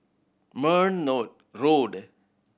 Merryn Road